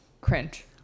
cringe